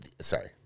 Sorry